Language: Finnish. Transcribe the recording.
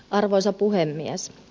arvoisa puhemies